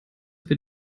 wir